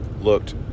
looked